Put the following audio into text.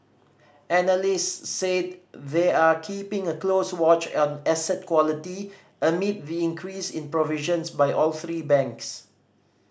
analyst said they are keeping a close watch on asset quality amid the increase in provisions by all three banks